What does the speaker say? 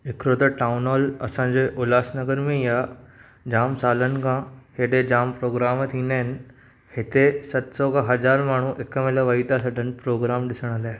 हिकिड़ो त town hall असांजे उल्हासनगर में ई आहे जाम सालनि खां हेॾे जाम प्रोग्राम थींदा आहिनि हिते सत सौ खां हज़ार माण्हूं हिकु महिल वेही था सघनि प्रोग्राम ॾिसण लाइ